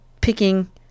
picking